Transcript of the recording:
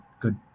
good